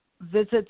visits